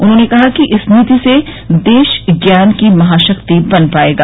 उन्होंने कहा कि इस नीति से देश ज्ञान की महाशक्ति बन पाएगा